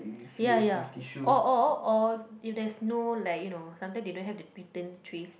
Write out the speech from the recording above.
ya ya or or or if there's no like you know sometime they don't have the return trays